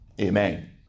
Amen